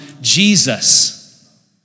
Jesus